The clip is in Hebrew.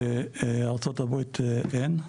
בארצות הברית אין.